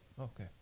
Okay